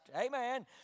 amen